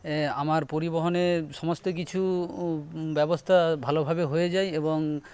আমার পরিবহনের সমস্ত কিছু ব্যবস্থা ভালোভাবে হয়ে যায় এবং